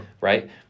Right